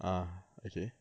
ah okay